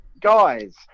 guys